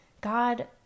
God